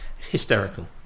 hysterical